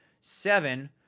seven